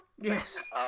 Yes